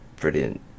brilliant